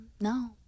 No